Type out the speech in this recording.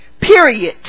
Period